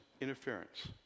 interference